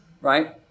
right